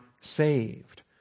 saved